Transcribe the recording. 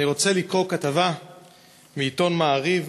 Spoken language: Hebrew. אני רוצה לקרוא כתבה מעיתון "מעריב",